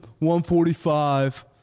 145